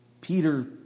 Peter